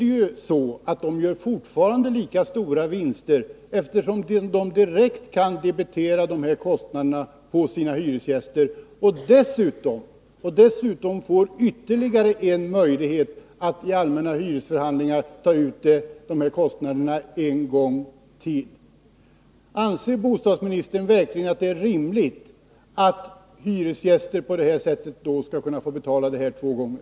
Men fastighetsägarna kommer fortfarande att göra lika stora vinster, eftersom de direkt kan debitera dessa kostnader på sina hyresgäster och dessutom få en möjlighet att i samband med allmänna hyresförhandlingar ta ut dessa kostnader en gång till. Anser bostadsministern verkligen att det är rimligt att hyresgäster på det här sättet skall kunna få betala dessa kostnader två gånger?